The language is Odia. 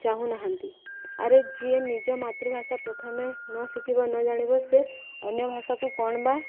ଚାହୁଁନାହାନ୍ତି ଆରେ ଯିଏ ନିଜ ମାତୃଭାଷା ପ୍ରଥମେ ନ ଶିଖିବ ନ ଜାଣିବ ସେ ଅନ୍ୟ ଭାଷାକୁ କ'ଣ ବା